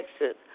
exit